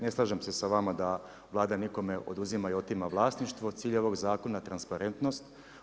Ne slažem se sa vama da Vlada nekome uzima i otima vlasništvo, cilj ovog zakona je transparentnost.